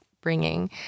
bringing